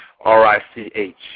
R-I-C-H